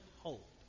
hope